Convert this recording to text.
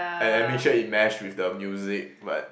I I make sure it mash with the music but